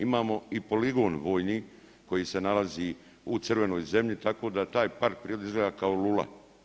Imamo i poligon vojni koji se nalazi u crvenoj zemlji, tako da taj park prirode izgleda kao lula.